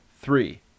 Three